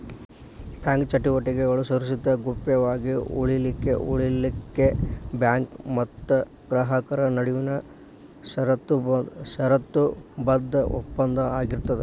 bank ಚಟುವಟಿಕೆಗಳು ಸುರಕ್ಷಿತ ಗೌಪ್ಯ ವಾಗಿ ಉಳಿಲಿಖೆಉಳಿಲಿಕ್ಕೆ ಬ್ಯಾಂಕ್ ಮತ್ತ ಗ್ರಾಹಕರ ನಡುವಿನ ಷರತ್ತುಬದ್ಧ ಒಪ್ಪಂದ ಆಗಿರ್ತದ